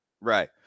right